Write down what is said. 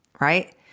right